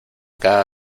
cada